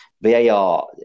VAR